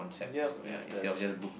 yup yup that is true